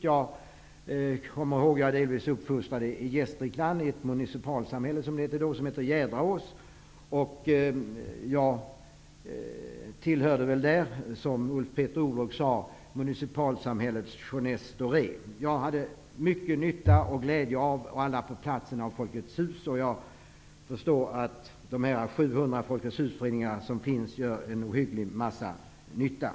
Jag är delvis uppvuxen i Gästrikland, i ett municipalsamhälle -- som det då hette -- som heter Jädraås. Jag tillhörde där municipalsamhällets -- som Ulf Peder Olrog uttryckte det -- jeunesse dorée. Jag, liksom alla på platsen, hade mycket nytta och glädje av Folkets hus. Jag förstår att de mer än 700 Folkets husföreningar som finns gör en ohyggligt massa nytta.